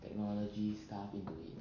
technology stuff into it